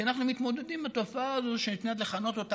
כי אנחנו מתמודדים עם התופעה הזאת שניתן לכנות אותה